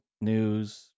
news